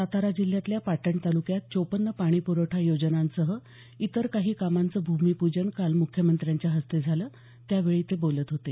सातारा जिल्ह्यातल्या पाटण तालुक्यात चोपन्न पाणीपूरवठा योजनांसह इतर काही कामांचं भूमीपूजन काल मुख्यमंत्र्यांच्या हस्ते झालं त्यावेळी ते बोलत होते